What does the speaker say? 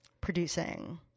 producing